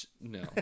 no